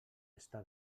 està